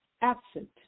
absent